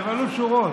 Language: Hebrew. תמלאו שורות.